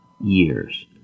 years